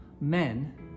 men